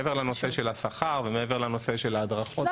מעבר לנושא של השכר ומעבר לנושא של ההדרכות.